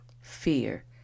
fear